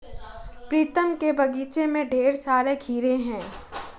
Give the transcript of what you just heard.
प्रीतम के बगीचे में ढेर सारे खीरे हैं